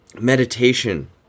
meditation